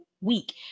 week